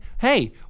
Hey